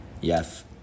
Yes